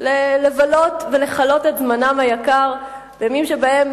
לבלות ולכלות את זמנם היקר בימים שבהם,